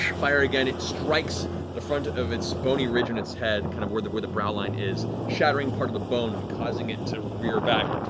fire again, it strikes the front of its bony ridge on its head, kind of where the where the brow line is, shattering part of the bone and causing it to rear back.